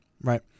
right